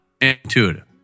intuitive